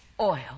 oil